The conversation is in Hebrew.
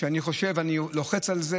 ואני חושב שאני לוחץ על זה,